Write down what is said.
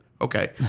okay